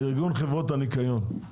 ארגון חברות הניקיון,